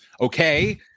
Okay